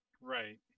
Right